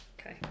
Okay